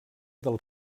del